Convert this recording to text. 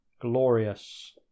glorious